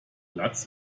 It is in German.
platz